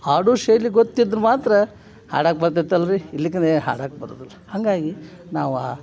ಹಾಡುವ ಶೈಲಿ ಗೊತ್ತಿದ್ರೆ ಮಾತ್ರ ಹಾಡಕ್ಕ ಬರ್ತೈತೆ ಅಲ್ಲ ರೀ ಇಲ್ಲಿಕಂದರೆ ಹಾಡಕ್ಕೆ ಬರುವುದಿಲ್ಲ ಹಾಗಾಗಿ ನಾವೇ